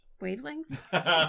wavelength